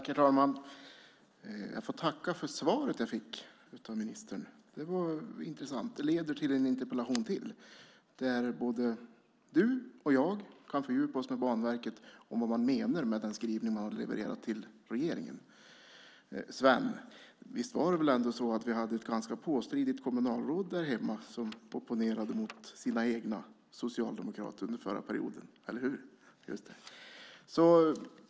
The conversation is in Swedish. Herr talman! Jag får tacka för svaret jag fick av ministern. Det var intressant. Det kommer att leda till en interpellation till där både du och jag kan fördjupa oss i vad Banverket menar med den skrivning verket har levererat till regeringen. Visst var det så, Sven Bergström, att vi hade ett ganska påstridigt kommunalråd där hemma som opponerade mot sina egna socialdemokrater under förra perioden? Eller hur? Just det.